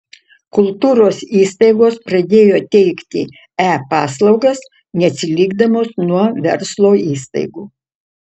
kultūros įstaigos pradėjo teikti e paslaugas neatsilikdamos nuo verslo įstaigų